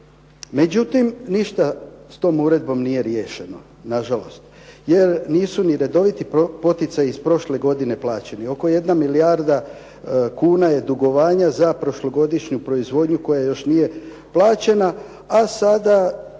međutim ništa s tom uredbom nije riješeno nažalost jer nisu ni redoviti poticaji iz prošle godine plaćeni, oko 1 milijarda kuna je dugovanja za prošlogodišnju proizvodnju koja još nije plaćena, a sada